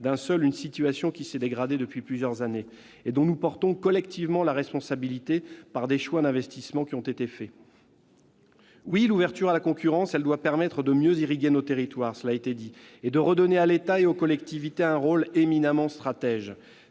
d'un seul, une situation qui s'est dégradée pendant plusieurs années et dont nous portons collectivement la responsabilité, par les choix d'investissement qui ont été faits. Oui, l'ouverture à la concurrence doit permettre de mieux irriguer nos territoires, comme il a été dit, et de redonner à l'État et aux collectivités territoriales un rôle éminemment stratégique.